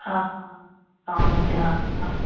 অঁ অঁ আচ্ছা